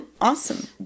Awesome